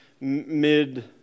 mid